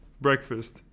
breakfast